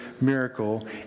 miracle